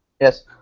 Yes